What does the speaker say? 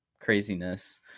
craziness